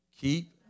keep